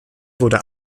wurde